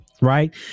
Right